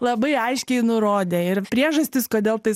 labai aiškiai nurodė ir priežastys kodėl tai